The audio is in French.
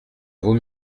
vaut